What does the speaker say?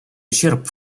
ущерб